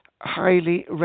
highly